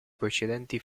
precedenti